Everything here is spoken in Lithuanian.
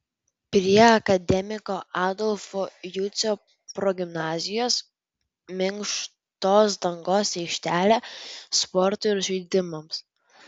prie akademiko adolfo jucio progimnazijos minkštos dangos aikštelė sportui ir žaidimams